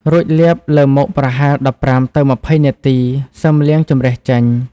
រួចលាបលើមុខប្រហែល ១៥ ទៅ ២០ នាទី សឹមលាងជម្រះចេញ។